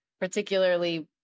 particularly